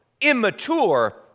immature